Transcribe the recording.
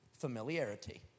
Familiarity